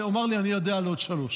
הוא אמר לי: אני יודע על עוד שלוש.